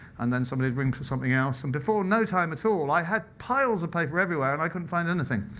and then somebody would ring for something else. and before no time at all, i had piles of paper everywhere, and i couldn't find anything.